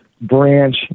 branch